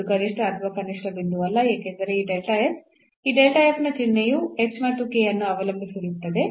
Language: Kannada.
ಇದು ಗರಿಷ್ಠ ಅಥವಾ ಕನಿಷ್ಠ ಬಿಂದುವಲ್ಲ ಏಕೆಂದರೆ ಈ ಈ ನ ಚಿಹ್ನೆಯು h ಮತ್ತು k ಅನ್ನು ಅವಲಂಬಿಸಿರುತ್ತದೆ